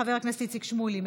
חבר הכנסת איציק שמולי,